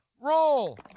roll